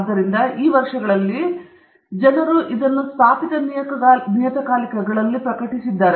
ಆದ್ದರಿಂದ ವರ್ಷಗಳಲ್ಲಿ ಜನರು ಇದನ್ನು ಸ್ಥಾಪಿತ ನಿಯತಕಾಲಿಕಗಳಲ್ಲಿ ಪ್ರಕಟಿಸಿದ್ದಾರೆ